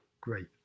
great